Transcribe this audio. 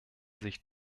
sich